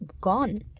gone